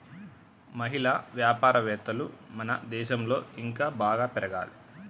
మహిళా వ్యాపారవేత్తలు మన దేశంలో ఇంకా బాగా పెరగాలి